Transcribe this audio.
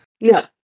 No